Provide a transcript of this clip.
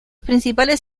principales